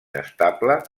estable